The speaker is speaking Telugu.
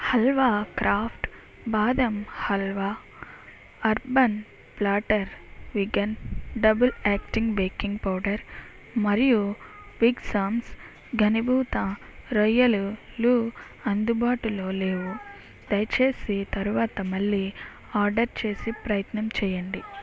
halwa craft badam halwa urban platter vegan double acting baking powder మరియు బిగ్ సామ్స ఘనీభూత రొయ్యలు అందుబాటులో లేవు దయచేసి తరువాత మళ్ళీ ఆర్డర్ చేసే ప్రయత్నం చేయండి